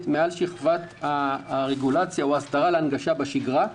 מעל שכבת הרגולציה או הסדרה להנגשה בשגרה,